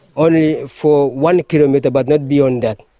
only for one kilometre but not beyond that.